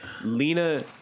Lena